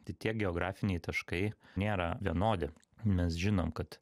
tai tie geografiniai taškai nėra vienodi mes žinom kad